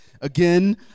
again